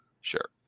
Sure